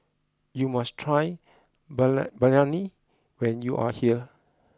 you must try Balan Biryani when you are here